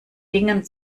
dingen